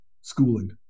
schooling